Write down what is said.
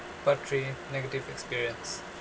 part three negative experience